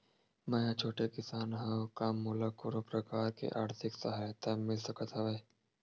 मै ह छोटे किसान हंव का मोला कोनो प्रकार के आर्थिक सहायता मिल सकत हवय?